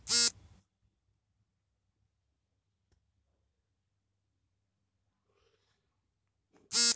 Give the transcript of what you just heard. foreign exchange service ಅನ್ನು forex market ಅಂತಲೂ ಕರಿತಾರೆ